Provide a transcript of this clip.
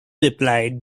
replied